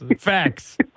Facts